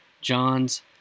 John's